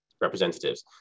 representatives